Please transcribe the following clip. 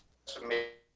to me.